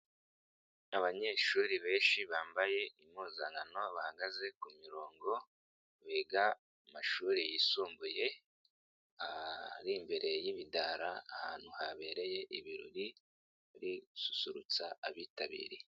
Abanyeshuri benshi bambaye impuzankano bahagaze ku mirongo biga mu mashuri yisumbuye, ari imbere y'ibidara ahantu habereye ibirori biri gususurutsa abitabiriye.